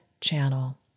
channel